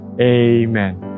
Amen